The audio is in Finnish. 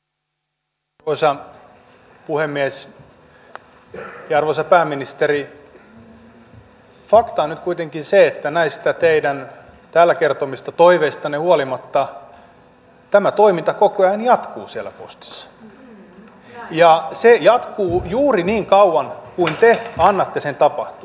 arvoisa pääministeri fakta on nyt kuitenkin se että näistä teidän täällä kertomistanne toiveista huolimatta tämä toiminta koko ajan jatkuu siellä postissa ja se jatkuu juuri niin kauan kuin te annatte sen tapahtua